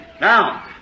Now